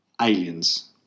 aliens